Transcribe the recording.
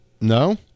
No